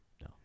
No